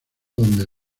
donde